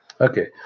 Okay